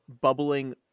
bubbling